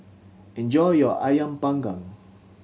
enjoy your Ayam Panggang